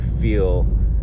feel